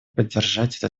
поддержать